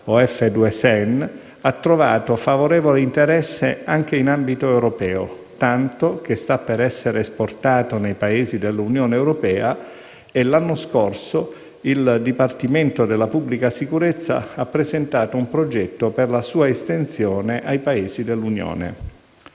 OF2CEN, ha trovato favorevole interesse anche in ambito europeo, tanto che sta per essere esportato nei Paesi dell'Unione europea; l'anno scorso il Dipartimento della pubblica sicurezza ha presentato un progetto per la sua estensione ai Paesi dell'Unione.